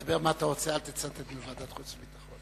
תגיד מה אתה רוצה, אל תצטט מוועדת החוץ והביטחון.